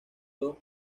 dos